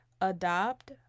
Adopt